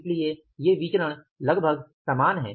इसलिए ये विचरण लगभग समान हैं